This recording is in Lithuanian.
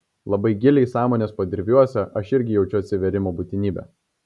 labai giliai sąmonės podirviuose aš irgi jaučiu atsivėrimo būtinybę